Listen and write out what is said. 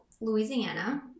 Louisiana